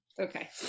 okay